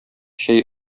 чәй